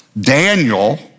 Daniel